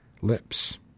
lips